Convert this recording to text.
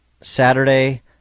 Saturday